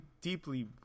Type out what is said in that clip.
deeply